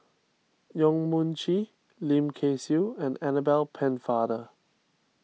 Yong Mun Chee Lim Kay Siu and Annabel Pennefather